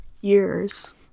years